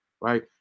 right